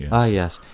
yeah ah yes.